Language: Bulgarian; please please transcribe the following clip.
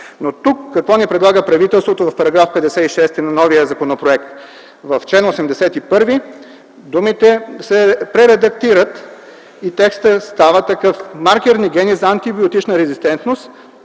Но, какво ни предлага правителството в § 56 от новия законопроект? В чл. 81 думите се прередактират и текстът става: „Маркерни гени за антибиотична резистентност”